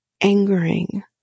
angering